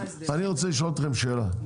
אני רוצה לשאול אותכם שאלה.